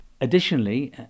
additionally